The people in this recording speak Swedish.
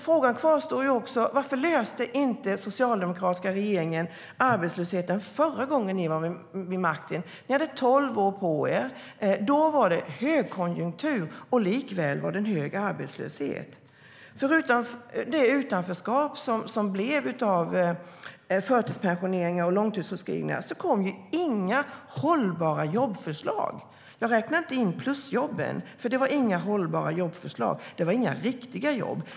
Dessutom kvarstår frågan: Varför löste inte den socialdemokratiska regeringen problemet med arbetslösheten förra gången ni hade makten? Ni hade tolv år på er. Då var det högkonjunktur, och likväl var det en hög arbetslöshet. Förutom det utanförskap som blev av förtidspensioneringar och långtidssjukskrivningar kom inga hållbara jobbförslag. Jag räknar inte in plusjobben, för det var inga hållbara jobb. Det var inga riktiga jobb.